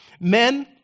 Men